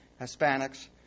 Hispanics